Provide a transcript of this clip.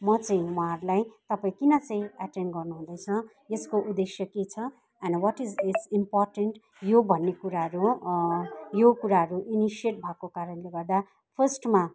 म चाहिँ उहाँहरूलाई तपाईँ किन चाहिँ अटेन गर्नु हुँदैछ यसको उद्देश्य के छ and what is it's important यो भन्ने कुराहरू यो कुराहरू इनिसिएट भएको कारणले गर्दा फर्स्टमा